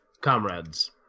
comrades